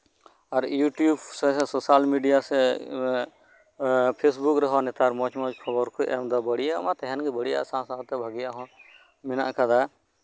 ᱟᱨ YouTube ᱥᱮ social media ᱥᱮ ᱮᱸ ᱯᱷᱮᱹᱥᱵᱩᱠ ᱨᱮᱦᱚᱸ ᱱᱮᱛᱟᱨ ᱢᱚᱸᱡᱽᱼᱢᱚᱸᱡᱽ ᱠᱷᱚᱵᱚᱨ ᱠᱚ ᱮᱢ ᱮᱫᱟ ᱵᱟᱲᱤᱡ ᱟᱜ ᱢᱟ ᱛᱟᱦᱮᱱ ᱜᱮ ᱵᱟᱲᱤᱡ ᱟᱜ ᱥᱟᱶᱼᱥᱟᱶ ᱛᱮ ᱵᱷᱟᱹᱜᱮᱭᱟᱜ ᱦᱚᱸ ᱢᱮᱱᱟᱜ ᱟᱠᱟᱫᱟ